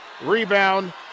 Rebound